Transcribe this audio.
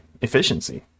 efficiency